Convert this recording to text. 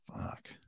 Fuck